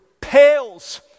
pales